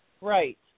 right